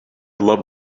love